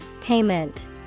Payment